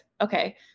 Okay